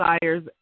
desires